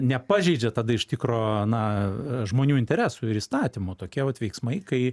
nepažeidžia tada iš tikro na žmonių interesų ir įstatymų tokie pat veiksmai kai